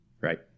right